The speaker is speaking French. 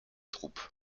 troupes